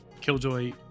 Killjoy